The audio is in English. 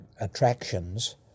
attractions